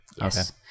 Yes